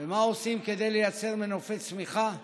ומה עושים כדי לייצר מנופי צמיחה.